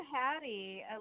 Hattie